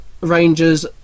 rangers